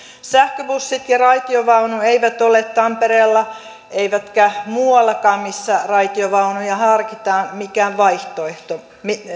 sähköbussit ja raitiovaunu eivät ole tampereella eivätkä muuallakaan missä raitiovaunuja harkitaan mikään vaihtoehto